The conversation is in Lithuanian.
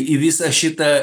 į visą šitą